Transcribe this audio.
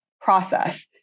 process